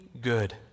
good